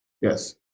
Yes